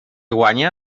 guanya